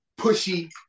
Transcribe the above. pushy